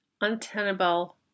untenable